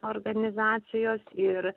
organizacijos ir